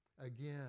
again